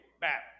bad